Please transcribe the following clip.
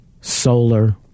solar